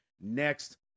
next